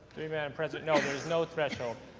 through you madam president, no there is no threshold.